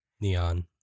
neon